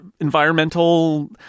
environmental